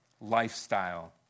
lifestyle